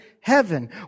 heaven